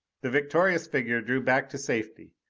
the victorious figure drew back to safety.